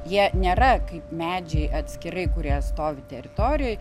jie nėra kaip medžiai atskirai kurie stovi teritorijoj